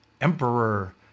emperor